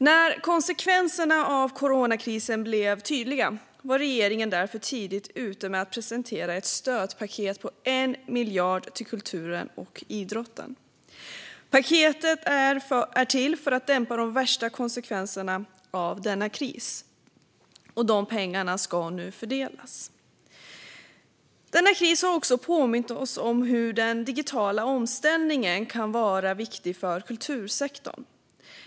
När konsekvenserna av coronakrisen blev tydliga var regeringen därför tidigt ute med att presentera ett stödpaket på 1 miljard till kulturen och idrotten. Paketet är till för att dämpa de värsta konsekvenserna av krisen. Dessa pengar ska nu fördelas. Krisen har påmint oss om hur viktig den digitala omställningen är för kultursektorn.